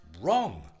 wrong